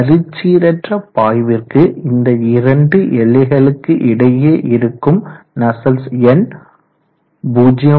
வரிச்சீரற்ற பாய்விற்கு இந்த இரண்டு எல்லைகளுக்கு இடையே இருக்கும் நஸ்சல்ட்ஸ் எண் 0